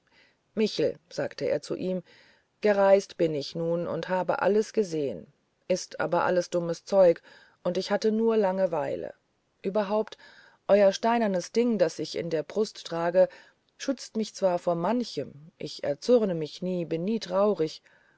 michel sagte er zu ihm gereist bin ich nun und habe alles gesehen ist aber alles dummes zeug und ich hatte nur langeweile überhaupt euer steinernes ding das ich in der brust trage schützt mich zwar vor manchem ich erzürne mich nie bin nie traurig